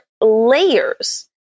layers